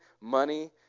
money